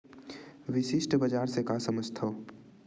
विशिष्ट बजार से का समझथव?